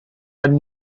are